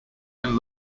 and